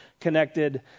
connected